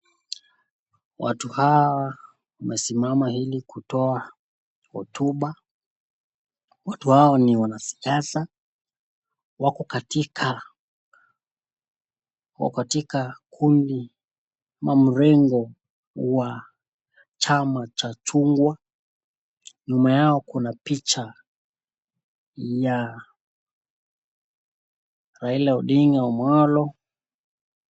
Watu hawa wamesimana ili kutoa hotuba. Watu hawa ni wanasiasa wako katika kundi ama mlengo wa chama cha chungwa. Nyuma yao kuna picha ya Raila Odinga Omolo.